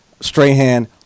Strahan